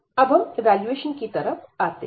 अब हम इवैल्यूएशन की तरफ आते हैं